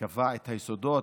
קבע את היסודות,